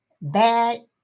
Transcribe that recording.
bad